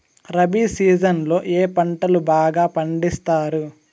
rabi season లో ఏ పంటలు బాగా పండిస్తారు